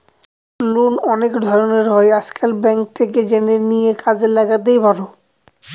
loan অনেক ধরনের হয় আজকাল, ব্যাঙ্ক থেকে জেনে নিয়ে কাজে লাগাতেই পারো